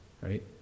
right